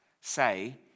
say